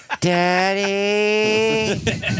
Daddy